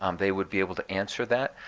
um they would be able to answer that.